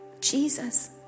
Jesus